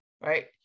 right